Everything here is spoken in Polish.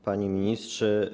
Panie Ministrze!